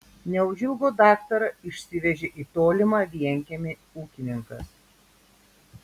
neužilgo daktarą išsivežė į tolimą vienkiemį ūkininkas